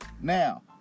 now